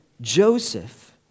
Joseph